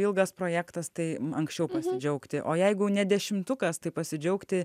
ilgas projektas tai anksčiau pasidžiaugti o jeigu ne dešimtukas tai pasidžiaugti